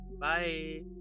Bye